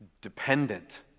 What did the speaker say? dependent